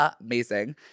amazing